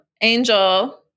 angel